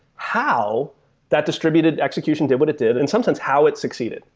how that distributed execution did? what it did, and sometimes how it succeeded?